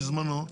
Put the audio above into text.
בזמנו,